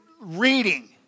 reading